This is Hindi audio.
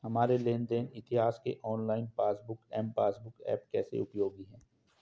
हमारे लेन देन इतिहास के online passbook M passbook app कैसे उपयोगी है?